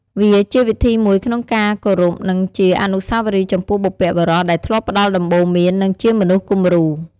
វាជាវិធីមួយក្នុងការគោរពនិងជាអនុស្សាវរីយ៍ចំពោះបុព្វបុរសដែលធ្លាប់ផ្ដល់ដំបូន្មាន និងជាមនុស្សគំរូ។